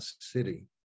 city